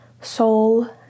soul